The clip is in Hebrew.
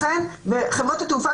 חברות התעופה,